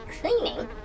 cleaning